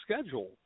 schedule